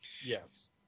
Yes